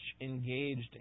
engaged